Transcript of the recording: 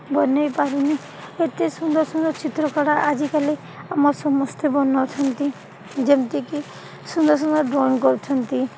ବନାଇପାରୁନି ଏତେ ସୁନ୍ଦର ସୁନ୍ଦର ଚିତ୍ରକଳା ଆଜିକାଲି ଆମର ସମସ୍ତେ ବନାଉଛନ୍ତି ଯେମିତିକି ସୁନ୍ଦର ସୁନ୍ଦର ଡ୍ରଇଂ କରୁଛନ୍ତି